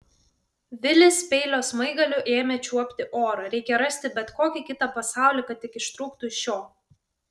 vilis peilio smaigaliu ėmė čiuopti orą reikia rasti bet kokį kitą pasaulį kad tik ištrūktų iš šio